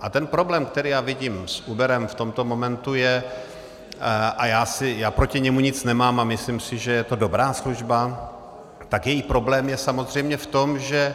A ten problém, který já vidím s Uberem v tomto momentu, a já proti němu nic nemám a myslím si, že je to dobrá služba, tak její problém je samozřejmě v tom, že